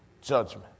judgment